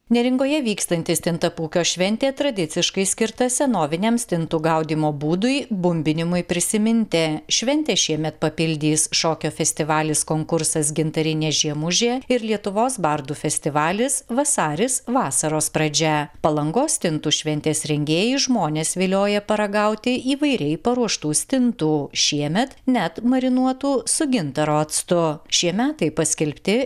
neringoje vykstanti stintapūkio šventė tradiciškai skirta senoviniam stintų gaudymo būdui bumbinimui prisiminti šventę šiemet papildys šokio festivalis konkursas gintarinė žiemužė ir lietuvos bardų festivalis vasaris vasaros pradžia palangos stintų šventės rengėjai žmones vilioja paragauti įvairiai paruoštų stintų šiemet net marinuotų su gintaro actu šie metai paskelbti